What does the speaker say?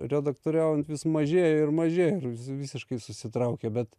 redaktoriaujant vis mažėjo ir mažėjo ir visiškai susitraukė bet